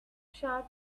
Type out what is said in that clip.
sharp